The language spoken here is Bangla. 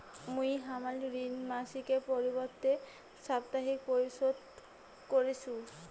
মুই হামার ঋণ মাসিকের পরিবর্তে সাপ্তাহিক পরিশোধ করিসু